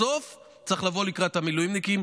בסוף צריך לבוא לקראת המילואימניקים.